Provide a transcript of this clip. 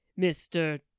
Mr